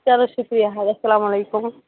چلو شُکریہ حظ اسلامُ علیکُم